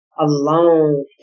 Alone